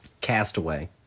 Castaway